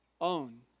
own